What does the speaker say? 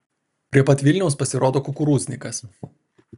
prie pat vilniaus pasirodo kukurūznikas